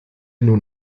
nun